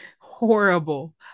Horrible